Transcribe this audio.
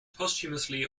posthumously